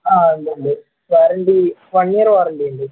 ആ ഉണ്ട് ഉണ്ട് വാറൻറ്റി വൺ ഇയർ വാറൻറ്റിയുണ്ട്